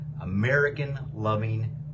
American-loving